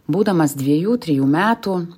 būdamas dviejų trijų metų